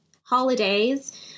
holidays